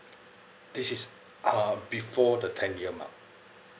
this is um before the ten year mark